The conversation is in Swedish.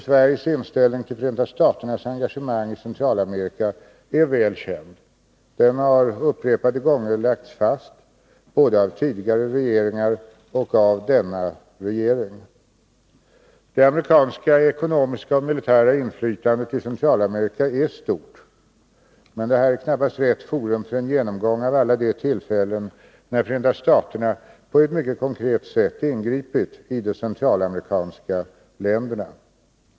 Sveriges inställning till Förenta staternas engagemang i Centralamerika är väl känd. Den har upprepade gånger lagts fast både av tidigare regeringar och av denna regering. Det amerikanska ekonomiska och militära inflytandet i Centralamerika är stort, men det här är knappast rätt forum för en genomgång av alla de tillfällen när Förenta staterna på ett mycket konkret sätt ingripit i de centralamerikanska länderna.